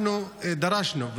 אנחנו דרשנו,